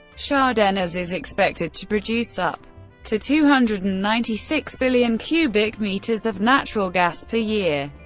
shah deniz is expected to produce up to two hundred and ninety six billion cubic meters of natural gas per year.